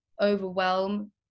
overwhelm